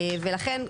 ולכן,